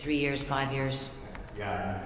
three years five years ye